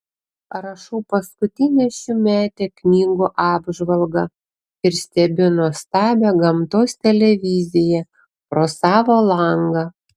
rašau paskutinę šiųmetę knygų apžvalgą ir stebiu nuostabią gamtos televiziją pro savo langą